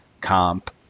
comp